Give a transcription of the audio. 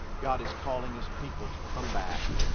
god is calling his people to come back.